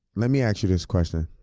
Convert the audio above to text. lemme ask you this question.